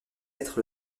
être